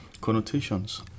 connotations